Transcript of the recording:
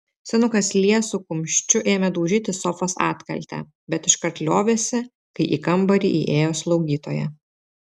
senukas liesu kumščiu ėmė daužyti sofos atkaltę bet iškart liovėsi kai į kambarį įėjo slaugytoja